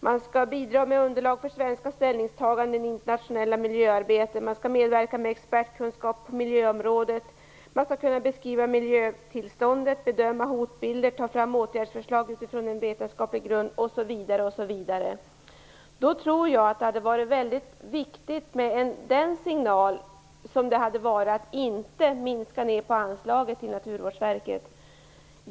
Man skall bidra med underlag för svenska ställningstaganden i internationella miljöarbeten, medverka med expertkunskap på miljöområdet, beskriva miljötillståndet, bedöma hotbilder, ta fram åtgärdsförslag utifrån en vetenskaplig grund osv. Av den anledningen tror jag att det hade varit viktigt med en signal om att inte minska anslaget till Naturvårdsverket.